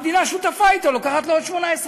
המדינה שותפה אתו ולוקחת לו עוד 18%,